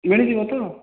ଇୟାଡ଼େ ଯିବ ତ